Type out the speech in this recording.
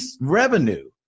revenue